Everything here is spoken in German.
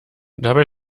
dabei